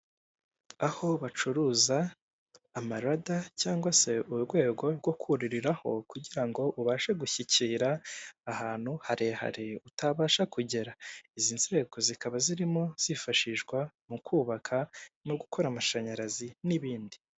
Aho bacuruza amarada cyangwa se urwego rwo kuririraho kugira ngo ubashe gushyikira ahantu harehare utabasha kugera. Izi nzego zikaba zirimo zifashishwa mu kubaka no gukora amashanyarazi n'ibindi.